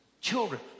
children